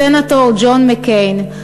הסנטור ג'ון מקיין,